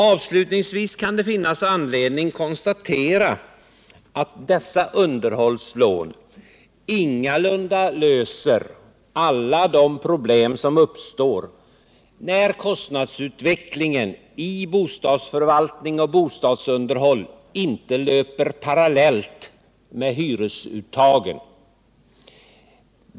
Avslutningsvis kan det finnas anledning konstatera att dessa underhållslån ingalunda löser alla de problem som uppstår när kostnadsutvecklingen i bostadsförvaltning och bostadsunderhåll inte löper parallellt med hyresuttagen.